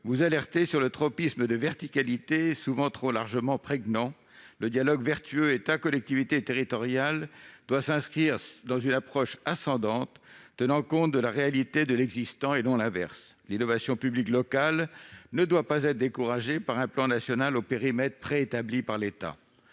vous alerter sur le tropisme de verticalité souvent trop largement prégnant. Le dialogue vertueux entre l'État et les collectivités territoriales doit s'inscrire dans une approche ascendante, tenant compte de la réalité de l'existant et non l'inverse. L'innovation publique locale ne doit pas être découragée par un plan national au périmètre préétabli par l'État.